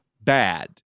bad